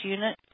Unit